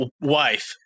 wife